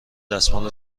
دستمال